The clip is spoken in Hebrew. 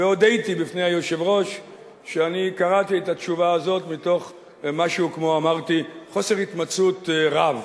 והודיתי בפני היושב-ראש שקראתי את התשובה הזאת מתוך חוסר התמצאות רב,